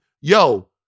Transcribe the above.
yo